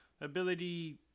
ability